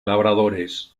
labradores